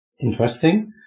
interesting